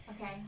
Okay